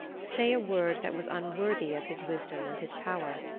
say a word that was unworthy of his wisdom and his power.